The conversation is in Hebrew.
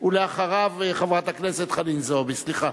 אה, ניצן הורוביץ, סליחה.